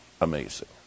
amazing